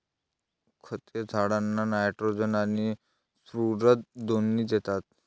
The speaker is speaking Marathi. खते झाडांना नायट्रोजन आणि स्फुरद दोन्ही देतात